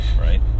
right